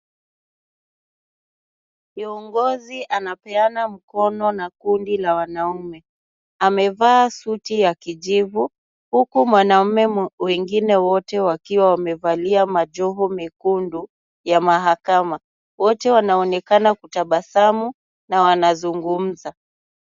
Kiongozi anapeana mkono na kundi la wanaume, amevaa suti ya kijivu huku mwanaume wingine wote wamevalia majovu mekundu ya mahakama, wote wanaonekana kutabasamu na wanazungumuza.